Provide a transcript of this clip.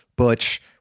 Butch